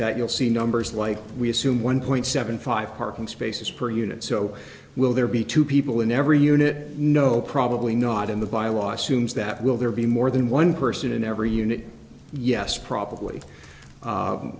that you'll see numbers like we assume one point seven five parking spaces per unit so will there be two people in every unit no probably not in the by lawsuits that will there be more than one person in every unit yes probably